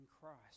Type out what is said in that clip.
Christ